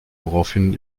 woraufhin